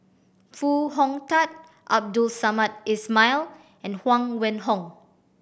Foo Hong Tatt Abdul Samad Ismail and Huang Wenhong